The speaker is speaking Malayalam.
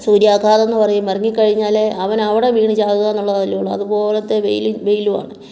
സൂര്യാഘാതമെന്ന് പറയും ഇറങ്ങിക്കഴിഞ്ഞാൽ അവനവിടെ വീണ് ചാകുക എന്നുള്ളതല്ലെ ഉള്ളു അതുപോലത്തെ വെയിൽ വെയിലുമാണ്